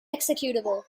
executable